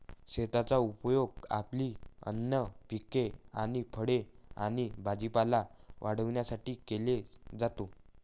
शेताचा उपयोग आपली अन्न पिके आणि फळे आणि भाजीपाला वाढवण्यासाठी केला जातो